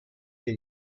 que